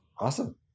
Awesome